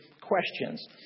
questions